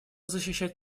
защищать